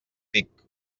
tic